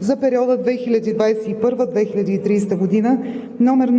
за периода 2021 – 2030 г., №